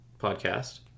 Podcast